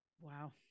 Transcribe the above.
Wow